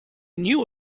knew